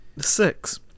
Six